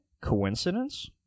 Coincidence